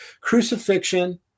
crucifixion